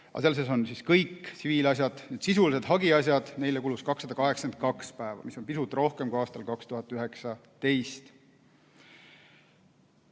Aga seal sees on kõik tsiviilasjad. Sisulistele hagiasjadele kulus 282 päeva, mis on pisut rohkem kui aastal 2019.